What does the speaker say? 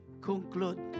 conclude